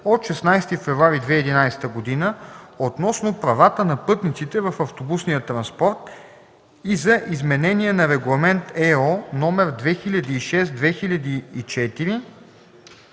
от 16 февруари 2011 г. относно правата на пътниците в автобусния транспорт и за изменение на Регламент (ЕО) № 2006/2004,